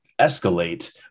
escalate